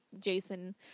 Jason